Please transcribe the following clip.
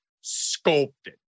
sculpted